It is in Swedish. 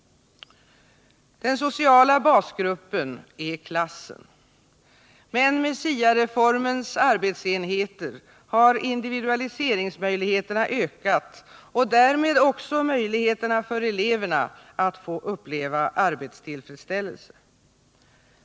Den sociala basgruppen är klassen. Men med SIA-reformens arbetsenheter har individualiseringsmöjligheterna ökat och därmed också möjligheterna för eleverna att få uppleva arbetstillfredsställelse.